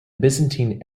byzantine